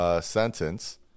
sentence